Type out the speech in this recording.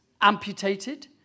amputated